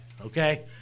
Okay